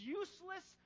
useless